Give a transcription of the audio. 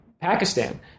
Pakistan